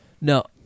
No